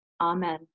Amen